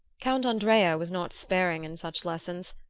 count andrea was not sparing in such lessons,